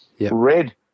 red